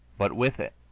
but with it,